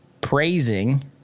praising